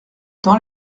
temps